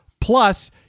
Plus